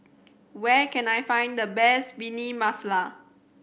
where can I find the best Bhindi Masala